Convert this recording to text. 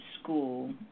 school